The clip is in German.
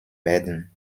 werden